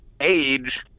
age